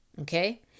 Okay